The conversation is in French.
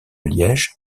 liège